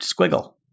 squiggle